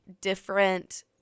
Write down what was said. different